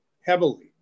heavily